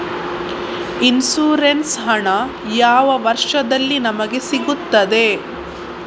Insurance ಹಣ ಯಾವ ವರ್ಷದಲ್ಲಿ ನಮಗೆ ಸಿಗುತ್ತದೆ?